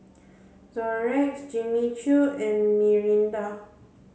Xorex Jimmy Choo and Mirinda